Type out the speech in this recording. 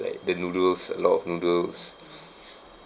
like the noodles a lot of noodles